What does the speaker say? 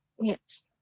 Yes